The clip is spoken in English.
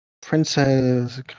Princess